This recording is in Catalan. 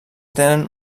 tenen